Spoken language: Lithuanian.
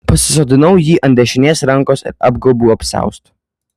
pasisodinau jį ant dešinės rankos ir apgaubiau apsiaustu